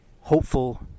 Hopeful